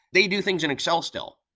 they do things in excel still.